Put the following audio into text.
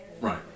Right